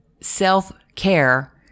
self-care